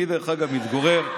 אני מתגורר,